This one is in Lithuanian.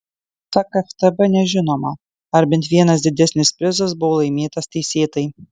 pasak ftb nežinoma ar bent vienas didesnis prizas buvo laimėtas teisėtai